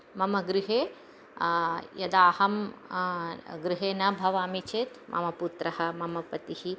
मम गृहे यदा अहं गृहे न भवामि चेत् मम पुत्रः मम पतिः